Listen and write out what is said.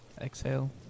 Exhale